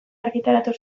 argitaratu